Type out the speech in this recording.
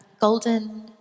golden